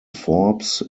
forbes